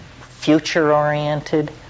future-oriented